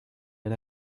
had